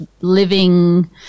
living